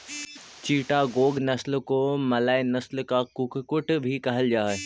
चिटागोंग नस्ल को मलय नस्ल का कुक्कुट भी कहल जा हाई